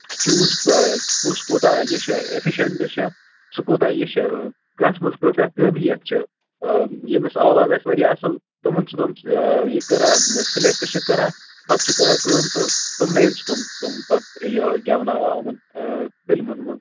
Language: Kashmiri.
چوز کُس کوتاہ یہِ چھُ ایفِشَنٹ چھُ سُہ کوتاہ یہِ چھُ کَس مَنٛز کۭژاہ قٲبِلِیَت چھےٚ ییمِس آواز آسہِ واریاہ اصل تِمَن چھِ تِم یہِ کَران سِلٮ۪کٹ چھِکھ کَران پَتہِ چھِکھ کَران کٲم تہٕ تِمنٕے چھِ تِم تِم پَتہٕ یہِ گٮ۪وناوان یِمَن فِلمَن منٛز